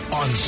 on